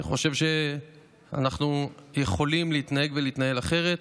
אני חושב שאנחנו יכולים להתנהג ולהתנהל אחרת.